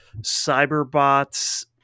Cyberbots